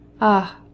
Ah